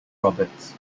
roberts